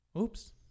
Oops